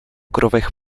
krovech